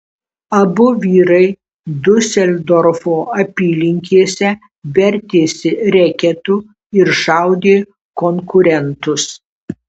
abu vyrai diuseldorfo apylinkėse vertėsi reketu ir šaudė konkurentus